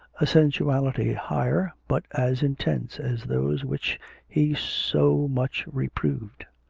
a sensuality higher but as intense as those which he so much reproved.